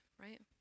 right